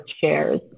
shares